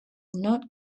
not